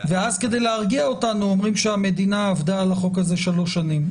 ואז כדי להרגיע אותנו אומרים שהמדינה עבדה על החוק הזה שלוש שנים,